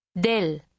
Del